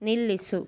ನಿಲ್ಲಿಸು